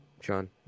Sean